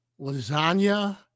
lasagna